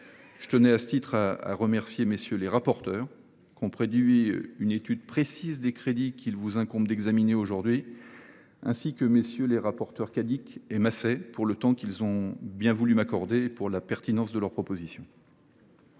cet égard, je tiens à remercier MM. les rapporteurs, qui ont produit une étude précise et de qualité des crédits qu’il vous incombe d’examiner aujourd’hui, ainsi que MM. les rapporteurs Cadic et Masset pour le temps qu’ils ont bien voulu m’accorder et pour la pertinence de leurs propositions.